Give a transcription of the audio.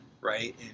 right